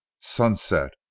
SUNSET